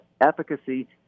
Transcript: efficacy